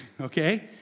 Okay